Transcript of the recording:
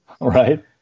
right